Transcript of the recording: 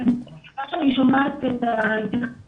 על ההזדמנות